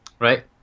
Right